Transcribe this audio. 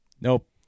Nope